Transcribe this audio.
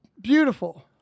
beautiful